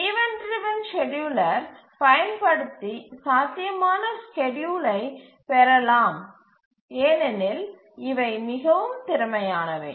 event driven scheduler பயன்படுத்தி சாத்தியமான ஸ்கேட்யூலை பெறலாம் ஏனெனில் இவை மிகவும் திறமையானவை